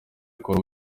ikore